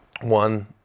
one